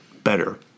better